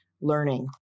learning